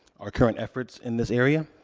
our current efforts in this area.